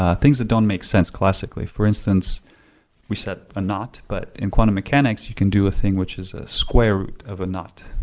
things that don't make sense classically. for instance we set a not but in quantum mechanics, you can do a thing which is a square root of a not.